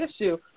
issue